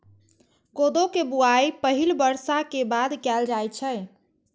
कोदो के बुआई पहिल बर्षा के बाद कैल जाइ छै